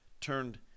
turned